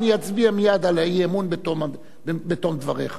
נצביע מייד על האי-אמון, בתום דבריך.